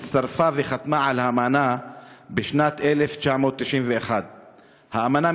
הצטרפה וחתמה על האמנה בשנת 1991. האמנה